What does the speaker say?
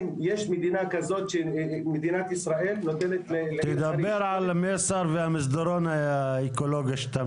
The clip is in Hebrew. אם מדינת ישראל נותנת -- תדבר על מסייר והמסדרון האקולוגי.